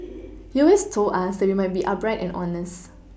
he always told us that we must be upright and honest